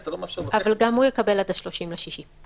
אבל גם הוא יקבל עד ה-30 ביוני.